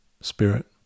spirit